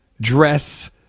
dress